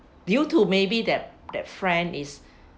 due to maybe that that friend is